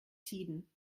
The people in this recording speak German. tiden